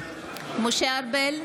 משה ארבל,